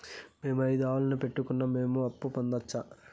మేము ఐదు ఆవులని పెట్టుకున్నాం, మేము అప్పు పొందొచ్చా